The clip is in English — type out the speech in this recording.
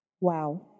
wow